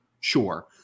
Sure